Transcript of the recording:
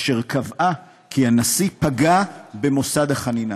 אשר קבעה כי הנשיא פגע במוסד החנינה.